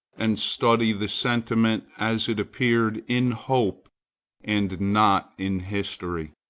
and study the sentiment as it appeared in hope and not in history.